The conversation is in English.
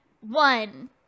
one